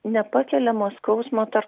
nepakeliamo skausmo tarp